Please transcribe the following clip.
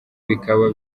bikaba